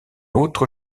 autre